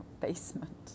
basement